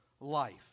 life